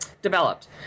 developed